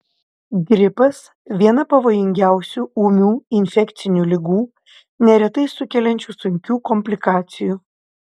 gripas viena pavojingiausių ūmių infekcinių ligų neretai sukeliančių sunkių komplikacijų